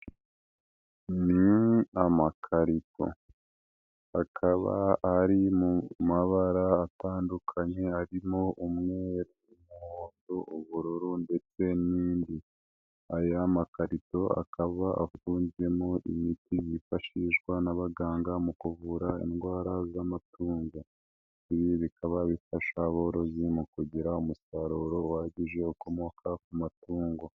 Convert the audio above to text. Ni amakarito, akaba ari mu mabara atandukanye harimo umweru, umuhondo, ubururu ndetse n'indi. Aya makarito akaba afunzwemo imiti yifashishwa n'abaganga mu kuvura indwara z'amatunda, ibi bikaba bifasha aborozi mu kugira umusaruro uhagije ukomoka ku matungo.